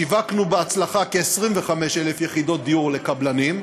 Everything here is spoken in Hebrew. שיווקנו בהצלחה כ-25,000 יחידות דיור לקבלנים,